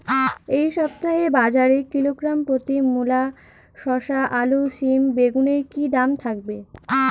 এই সপ্তাহে বাজারে কিলোগ্রাম প্রতি মূলা শসা আলু সিম বেগুনের কী দাম থাকবে?